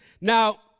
Now